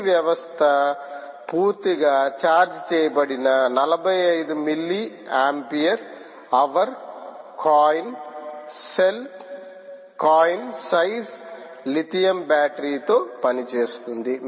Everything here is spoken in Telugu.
ఈ వ్యవస్థ పూర్తిగా ఛార్జ్ చేయబడిన 45 milli ampere hour coin cell coin size lithium battery తో పనిచేస్తుంది